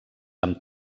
amb